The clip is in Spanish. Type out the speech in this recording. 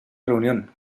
reunión